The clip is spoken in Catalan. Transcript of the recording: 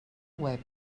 web